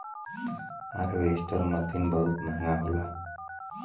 harvester machine बहुत महंगा होला